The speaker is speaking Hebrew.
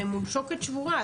והם מול שוקת שבורה.